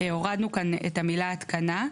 שהורדנו כאן את המילה "התקנה",